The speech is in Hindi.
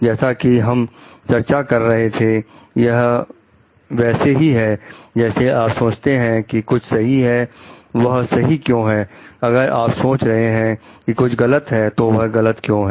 जैसा कि हम चर्चा कर रहे थे यह वैसे ही है जैसे आप सोचते हैं कि कुछ सही है वह सही क्यों है अगर आप सोच रहे हैं कि कुछ गलत है तो वह गलत क्यों है